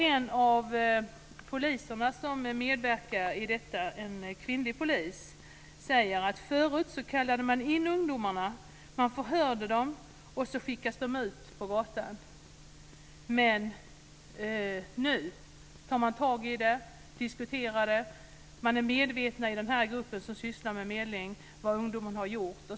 En av de poliser som medverkar i detta, en kvinnlig polis, säger att förut så kallade man in ungdomarna, man förhörde dem och sedan skickades de ut på gatan. Men nu tar man tag i det och diskuterar det. I gruppen som sysslar med medling är man medveten om vad ungdomen har gjort.